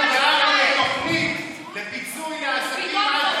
אנחנו דאגנו לתוכנית לפיצוי העסקים,